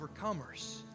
overcomers